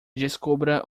descubra